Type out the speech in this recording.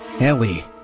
Ellie